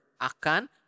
akan